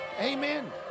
Amen